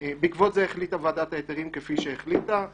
בעקבות זה החליטה ועדת ההיתרים כפי שהחליטה,